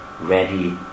ready